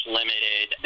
limited